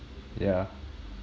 yeah